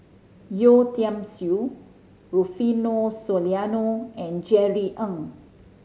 Yeo Tiam Siew Rufino Soliano and Jerry Ng